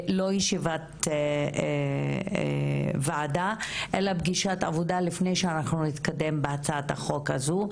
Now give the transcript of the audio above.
לא ישיבת ועדה אלא פגישת עבודה לפני שאנחנו נתקדם בהצעת החוק הזו.